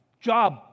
Job